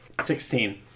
Sixteen